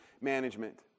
management